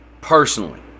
personally